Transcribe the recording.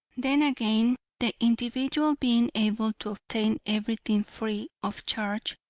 then again, the individual being able to obtain everything free of charge,